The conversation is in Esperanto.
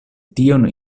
tion